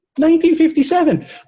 1957